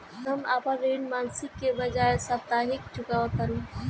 हम अपन ऋण मासिक के बजाय साप्ताहिक चुकावतानी